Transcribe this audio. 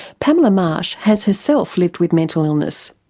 pamela marsh has herself lived with mental illness.